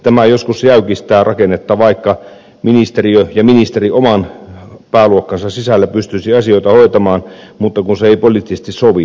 tämä joskus jäykistää rakennetta vaikka ministeriö ja ministeri oman pääluokkansa sisällä pystyisivät asioita hoitamaan mutta kun se ei poliittisesti sovi